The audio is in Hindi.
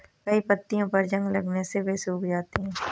कई पत्तियों पर जंग लगने से वे सूख जाती हैं